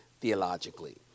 theologically